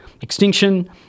extinction